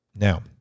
Now